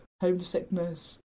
homesickness